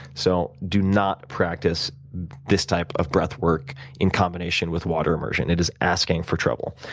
so, do not practice this type of breath work in combination with water immersion, it is asking for trouble.